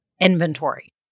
inventory